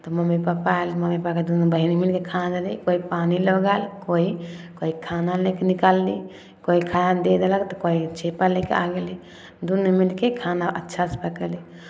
तऽ mummy papa आयल mummy papa कहलकै दुनू बहीन मिलि कऽ खा लेली कोइ पानि लऽ गेल कोइ कोइ खाना लए कऽ निकालली कोइ खाय लए दए देलक तऽ कोइ छीपा लए कऽ आबि गेली दुनू मिलि कऽ खाना अच्छासँ पकयली